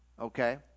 okay